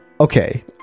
Okay